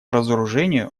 разоружению